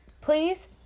please